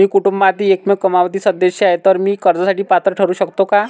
मी कुटुंबातील एकमेव कमावती सदस्य आहे, तर मी कर्जासाठी पात्र ठरु शकतो का?